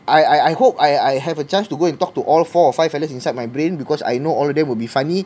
I I hope I I have a chance to go and talk to all four or five fellers inside my brain because I know all of them would be funny